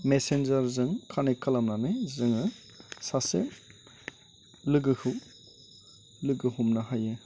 मेसेन्जारजों connect खालामनानै जोङो सासे लोगोखौ लोगो हमनो हायो